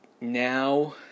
now